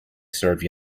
serve